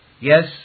Yes